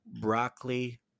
Broccoli